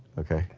okay,